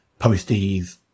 posties